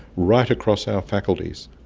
right across our faculties.